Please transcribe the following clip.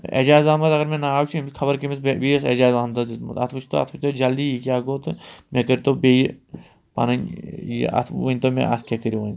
ایجاز احمد اگر مےٚ ناو چھُ أمۍ چھُ خبر کٔمِس بیٚیہِ بیٚیِس ایجاز احمدَس دِتمُت اَتھ وُچھتو اَتھ وُچھتو جلدی یہِ کیٛاہ گوٚو تہٕ مےٚ کٔرۍتو بیٚیہِ پَنٕنۍ یہِ اَتھ ؤنۍتو مےٚ اَتھ کیٛاہ کٔرِو وۅنۍ